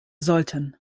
sollten